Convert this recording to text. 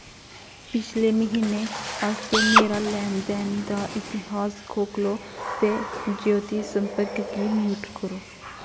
पिछले म्हीने आस्तै मेरा लैन दैन दा इतिहास खोलो ते ज्योती संपर्क गी म्यूट करो